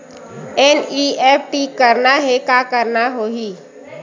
NEFT करना हे का करना होही?